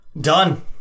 done